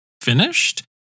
finished